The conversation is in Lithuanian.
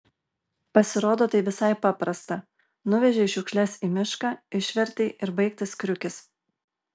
pasirodo tai visai paprasta nuvežei šiukšles į mišką išvertei ir baigtas kriukis